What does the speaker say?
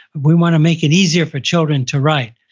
we want to make it easier for children to write,